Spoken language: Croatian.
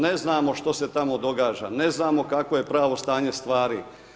Ne znamo što se tamo događa, ne znamo kakvo je pravo stanje stvari.